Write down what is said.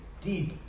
deep